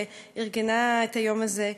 שארגנה את היום הזה.